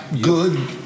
good